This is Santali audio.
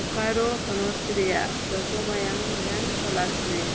ᱵᱳᱠᱟᱨᱳ ᱦᱚᱱᱚᱛ ᱨᱮᱱᱟᱜ ᱡᱷᱚᱛᱚ ᱢᱟᱭᱟᱝ ᱵᱮᱝᱠ ᱛᱚᱞᱟᱥᱢᱮ